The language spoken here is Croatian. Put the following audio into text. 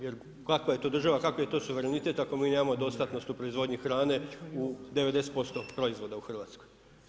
Jer kakva je to država kakav je to suverenitet ako mi nemamo dostatnost u proizvodnji hrane u 90% proizvoda u Hrvatskoj.